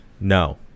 No